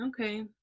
okay